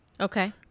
Okay